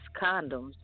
condoms